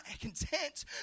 content